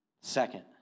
Second